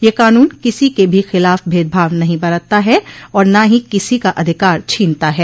यह कानून किसी के भी खिलाफ भेदभाव नहीं बरतता है और न ही किसी का अधिकार छीनता है